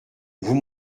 vous